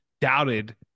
doubted